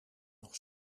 nog